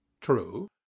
True